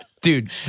Dude